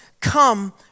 come